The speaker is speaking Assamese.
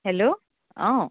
হেল্ল' অঁ